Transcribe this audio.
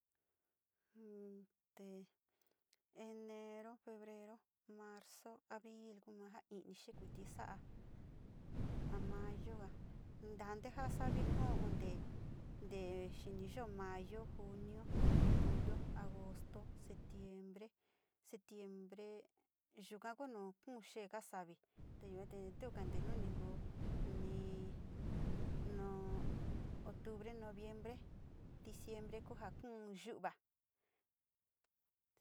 Te enero, febrero, marzo, abril, yua kua ja ni´i xee sa´a mayo ga, ntaa nteja´a sa viko nte, ñte yoo mayo, junio julio, agosto septiembre, septiembre koo xeega savi, te yua te nu ningo, ni, no octubre, noviembre diciembre ku ja kuu yu´u va.